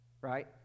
right